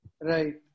Right